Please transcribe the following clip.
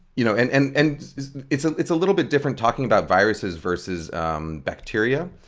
you know and and and it's ah it's a little bit different talking about viruses versus um bacteria.